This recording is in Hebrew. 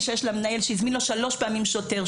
שיש למנהל שהזמין לו שלוש פעמים שוטר.